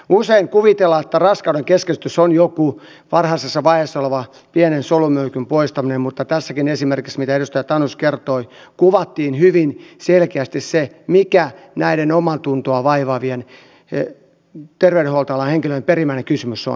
usein kuvitellaan että raskaudenkeskeytys on jonkun varhaisessa vaiheessa olevan pienen solumöykyn poistaminen mutta tässäkin esimerkissä mistä edustaja tanus kertoi kuvattiin hyvin selkeästi se mikä omaatuntoa vaivaava terveydenhuoltoalan henkilöstön perimmäinen kysymys on